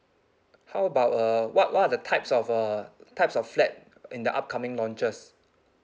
how about uh what what are the types of uh types of flat in the upcoming launches